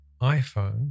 iPhone